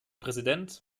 präsident